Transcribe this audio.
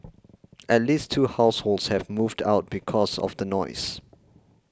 at least two households have moved out because of the noise